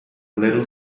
little